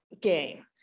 game